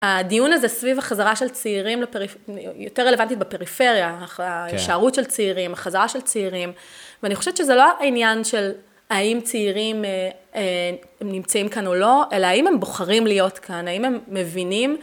הדיון הזה סביב החזרה של צעירים, יותר רלוונטית בפריפריה, ההשארות של צעירים, החזרה של צעירים, ואני חושבת שזה לא העניין של האם צעירים נמצאים כאן או לא, אלא האם הם בוחרים להיות כאן, האם הם מבינים